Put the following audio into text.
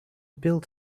build